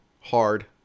Hard